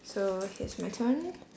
so here's my turn